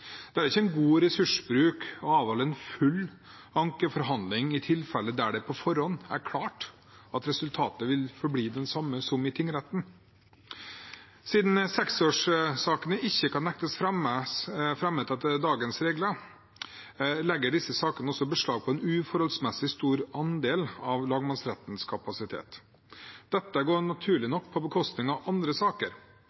Det er ikke god ressursbruk å avholde en full ankeforhandling i tilfeller der det på forhånd er klart at resultatet vil forbli det samme som i tingretten. Siden seksårssakene ikke kan nektes fremmet for anke etter dagens regelverk, legger disse sakene beslag på en uforholdsmessig stor andel av lagmannsrettens kapasitet. Dette går naturlig